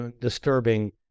disturbing